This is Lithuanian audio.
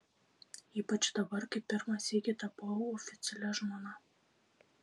ypač dabar kai pirmą sykį tapau oficialia žmona